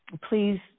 please